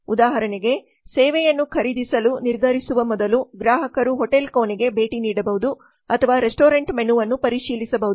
ಉದಾಹರಣೆಗೆ ಸೇವೆಯನ್ನು ಖರೀದಿಸಲು ನಿರ್ಧರಿಸುವ ಮೊದಲು ಗ್ರಾಹಕರು ಹೋಟೆಲ್ ಕೋಣೆಗೆ ಭೇಟಿ ನೀಡಬಹುದು ಅಥವಾ ರೆಸ್ಟೋರೆಂಟ್ ಮೆನುವನ್ನು ಪರಿಶೀಲಿಸಬಹುದು